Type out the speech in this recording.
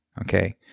okay